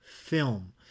film